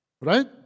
right